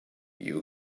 you